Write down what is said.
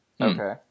Okay